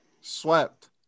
Swept